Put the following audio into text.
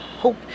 Hope